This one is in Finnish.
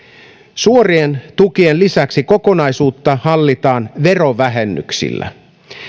suorien tukien lisäksi kokonaisuutta hallitaan verovähennyksillä